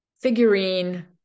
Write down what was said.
figurine